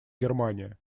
германия